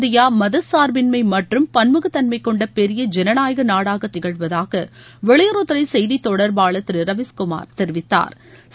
India மத சார்பின்மை மற்றும் பன்முகத் தன்மை கொண்ட பெரிய ஜனநாயக நாடாக திகழ்வதாக வெளியுறவுத்துறை செய்தி தொடர்பாளர் திரு ரவீஷ்குமார் தெரிவித்தாா்